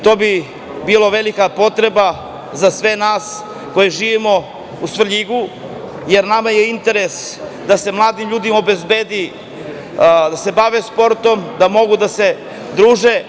To bi bila velika potreba za sve nas koji živimo u Svrljigu, jer nama je interes da se mladim ljudima obezbedi da se bave sportom, da mogu da se druže.